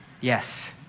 Yes